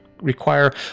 require